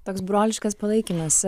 toks broliškas palaikymas